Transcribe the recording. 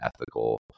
ethical